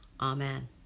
Amen